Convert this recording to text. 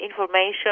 information